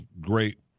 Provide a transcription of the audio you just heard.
great